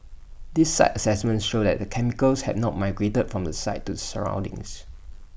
these site assessments show that the chemicals had not migrated from the site to the surroundings